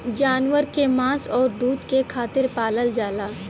जानवर के मांस आउर दूध के खातिर पालल जाला